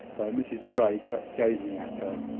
though mrs grey kept gazing at her,